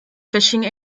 fishing